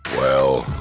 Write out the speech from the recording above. well,